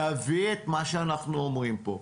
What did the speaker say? תביא את מה שאנחנו אומרים פה,